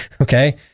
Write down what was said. Okay